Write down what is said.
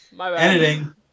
editing